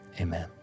amen